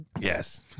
Yes